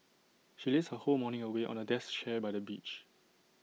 she lazed her whole morning away on A deck chair by the beach